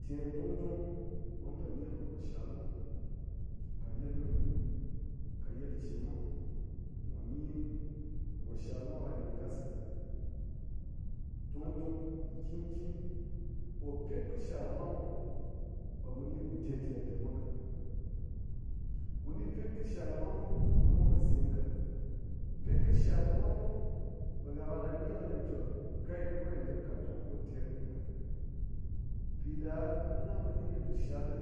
Ter dung dung ɓe mupo ni kɨ ngo shal mwa ka yil mini ka yil chemwa, muni ngo shalmwa kɨ yil ngas dung dung nkin nkin ko pet kɨ shal kɨmwa mwa ɓe mu̱ni ɓut ter ter ɗirmwa ka, muni pet kɨ shal kɨmwa mwa ɓe mwa po semka, pet kɨ shal kɨmwa mwa ɓe ha karan ni kini te kai ni ngogyi dim kat dung kɨ ɓet ter gyi ka, piɗa ɓe nghana po ni kini te shal li